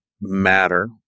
matter